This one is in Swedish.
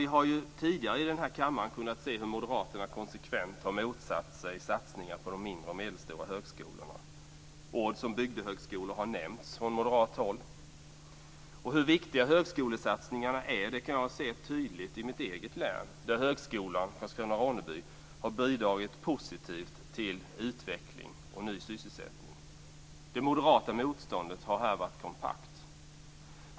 Vi har ju tidigare i denna kammare kunnat se hur Moderaterna konsekvent har motsatt sig satsningar på de mindre och medelstora högskolorna. Ord som bygdehögskolor har nämnts från moderat håll. Hur viktiga högskolesatsningarna är kan jag tydligt se i mitt eget län där högskolan Karlskrona/Ronneby har bidragit positivt till utveckling och ny sysselsättning. Det moderata motståndet har här varit kompakt.